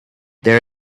there